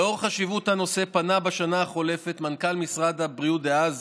לאור חשיבות הנושא פנה בשנה החולפת מנכ"ל משרד הבריאות דאז